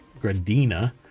Gradina